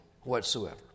whatsoever